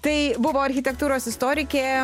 tai buvo architektūros istorikė